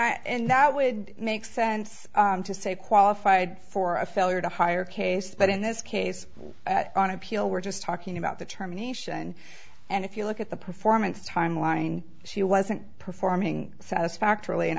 i and that would make sense to say qualified for a failure to hire case but in this case on appeal we're just talking about the term nation and if you look at the performance timeline she wasn't performing satisfactorily and